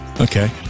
Okay